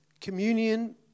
communion